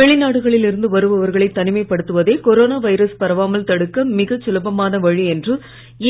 வெளிநாடுகளில் இருந்து வருபவர்களை தனிமைப் படுத்துவதே கொரோனா வைரஸ் பரவாமல் தடுக்க மிகச் சுலபமான வழி என்று